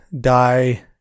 die